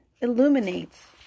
illuminates